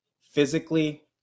physically